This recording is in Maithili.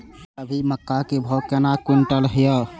अभी मक्का के भाव केना क्विंटल हय?